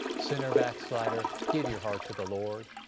sinner, backslider, give your heart to the lord,